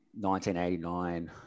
1989